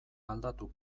aldatu